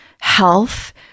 health